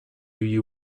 you